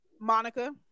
Monica